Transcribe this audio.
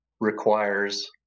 requires